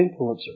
Influencer